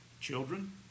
Children